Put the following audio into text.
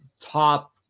top